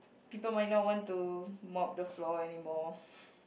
people might not want to mop the floor anymore